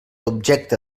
objecte